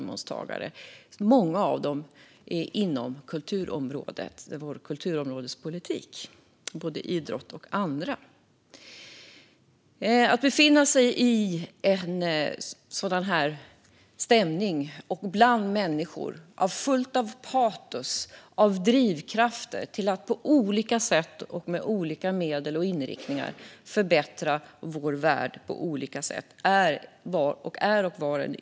Många av dem verkar inom kulturområdet, området för vår politik, inom idrott och andra områden. Att befinna sig bland sådana människor och i en sådan stämning, full av patos och drivkrafter att på olika sätt och med olika medel och inriktningar förbättra vår värld på olika sätt, var och är en ynnest.